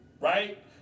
Right